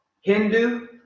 Hindu